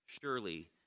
surely